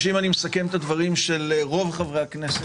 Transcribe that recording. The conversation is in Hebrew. אם אני מסכם את הדברים של רוב חברי הכנסת,